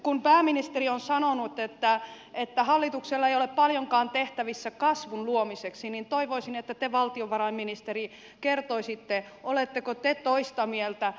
kun pääministeri on sanonut että hallituksella ei ole paljonkaan tehtävissä kasvun luomiseksi niin toivoisin että te valtiovarainministeri kertoisitte oletteko te toista mieltä